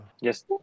yes